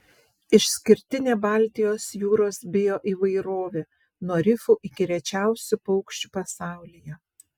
išskirtinė baltijos jūros bioįvairovė nuo rifų iki rečiausių paukščių pasaulyje